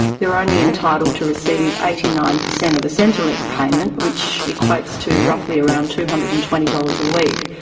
they are only entitled to receive eighty nine percent of a centrelink payment, which equates to roughly around two hundred and twenty dollars a week.